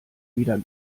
wieder